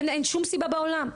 אין שום סיבה בעולם.